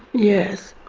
yes.